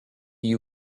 you